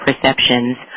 perceptions